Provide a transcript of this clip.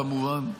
כמובן,